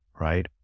right